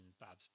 bob's